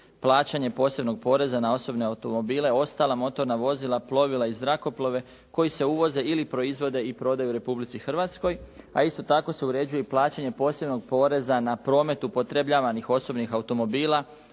plaćanje posebnog poreza na osobne automobile, ostala motorna vozila, plovila i zrakoplove koji se uvoze ili proizvode i prodaju u Republici Hrvatskoj, a isto tako se uređuje i plaćanje posebnog poreza na promet upotrebljavanih osobnih automobila,